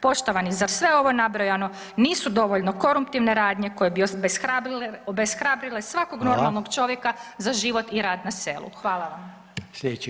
Poštovani, zar sve ovo nabrojano nisu dovoljno koruptivne radnje koje bi obeshrabrile svakog normalnog čovjeka za život i rad na selu.